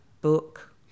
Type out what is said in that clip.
book